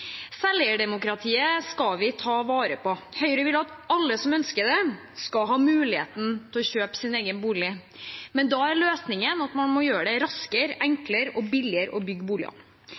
skal vi ta vare på. Høyre vil at alle som ønsker det, skal ha muligheten til å kjøpe sin egen bolig, men da er løsningen at man må gjøre det raskere, enklere og billigere å bygge